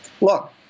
Look